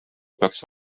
peaks